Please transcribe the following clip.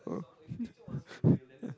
!huh! yeah